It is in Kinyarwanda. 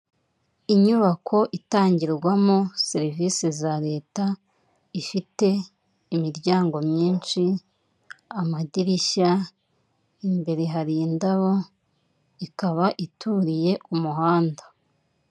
Inyubako itangirwamo serivisi za leta, ifite imiryango myinshi, amadirishya, imbere hari indabo, ikaba ituriye umuhanda.